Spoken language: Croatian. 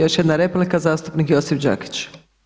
Još jedna replika zastupnik Josip Đakić.